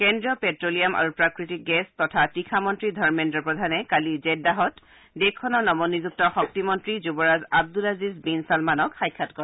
কেন্দ্ৰীয় প্টে'লিয়াম আৰু প্ৰাকৃতিক গেছ তথা তীখা মন্ত্ৰী ধৰ্মেন্দ্ৰ প্ৰধানে কালি জেড্ডাহত দেশখনৰ নৱ নিযুক্ত শক্তিমন্ত্ৰী যুৱৰাজ আব্দুলাজিজ বিন ছলমানক সাক্ষাৎ কৰে